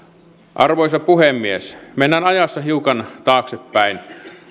arvoisa puhemies mennään ajassa hiukan taaksepäin